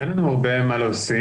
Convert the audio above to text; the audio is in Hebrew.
אין לנו הרבה מה להוסיף.